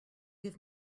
give